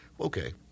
okay